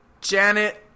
Janet